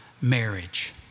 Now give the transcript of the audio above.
marriage